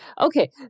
Okay